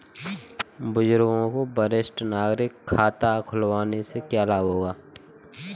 बुजुर्गों को वरिष्ठ नागरिक खाता खुलवाने से क्या लाभ होगा?